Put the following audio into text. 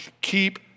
keep